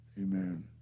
Amen